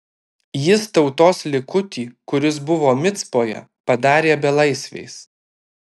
jis tautos likutį kuris buvo micpoje padarė belaisviais